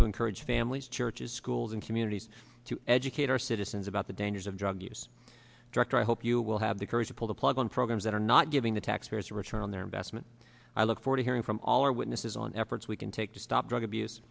to encourage families churches schools and communities to educate our citizens about the dangers of drug use direct i hope you will have the courage to pull the plug on programs that are not giving the taxpayers a return on their investment i look forward to hearing from all our witnesses on efforts we can take to stop drug abuse